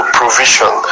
provision